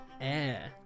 Air